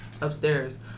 upstairs